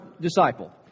disciple